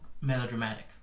melodramatic